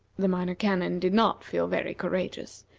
the minor canon did not feel very courageous,